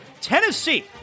Tennessee